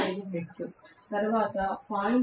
25 hertz తరువాత 0